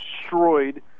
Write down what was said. destroyed